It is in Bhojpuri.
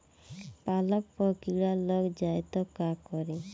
पालक पर कीड़ा लग जाए त का करी?